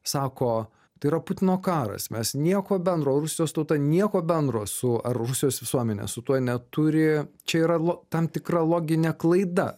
sako tai yra putino karas mes nieko bendro rusijos tauta nieko bendro su ar rusijos visuomenė su tuo neturi čia yra tam tikra loginė klaida